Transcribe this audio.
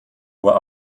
uhr